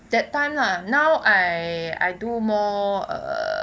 that time lah now I I do more err